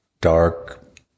dark